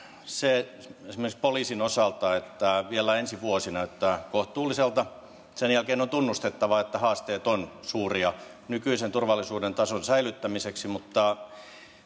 se esimerkiksi poliisin osalta että vielä ensi vuosi näyttää kohtuulliselta sen jälkeen on tunnustettava että haasteet ovat suuria nykyisen turvallisuuden tason säilyttämiseksi mutta